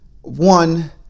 One